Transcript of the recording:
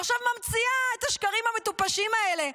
ועכשיו ממציאה את השקרים המטופשים האלה.